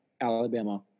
Alabama